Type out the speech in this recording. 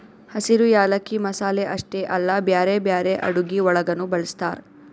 ಹಸಿರು ಯಾಲಕ್ಕಿ ಮಸಾಲೆ ಅಷ್ಟೆ ಅಲ್ಲಾ ಬ್ಯಾರೆ ಬ್ಯಾರೆ ಅಡುಗಿ ಒಳಗನು ಬಳ್ಸತಾರ್